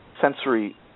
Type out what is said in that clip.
sensory